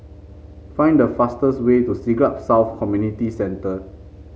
find the fastest way to Siglap South Community Centre